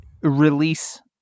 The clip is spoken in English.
release